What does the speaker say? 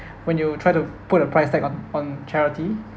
when you try to put a price tag on on charity